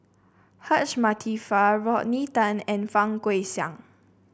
Hajjah Fatimah Rodney Tan and Fang Guixiang